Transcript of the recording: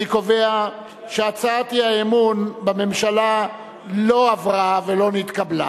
אני קובע שהצעת האי-אמון בממשלה לא עברה ולא נתקבלה.